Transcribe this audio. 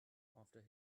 after